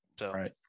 Right